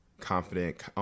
confident